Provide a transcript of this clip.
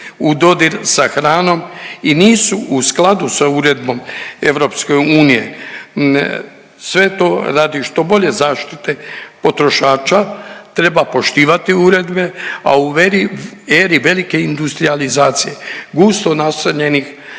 u dodir sa hranom i nisu u skladu sa uredbom EU. Sve to radi što bolje zaštite potrošača treba poštivati uredbe, a u veri, eri velike industrijalizacije gusto naseljenih